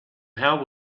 how